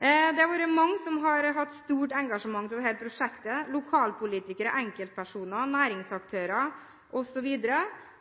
Det har vært mange som har hatt stort engasjement i dette prosjektet: lokalpolitikere, enkeltpersoner, næringsaktører osv.